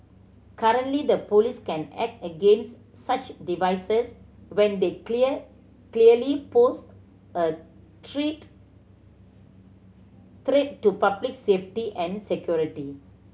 currently the police can act against such devices when they clear clearly pose a treat threat to public safety and security